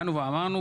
באנו ואמרנו,